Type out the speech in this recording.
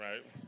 right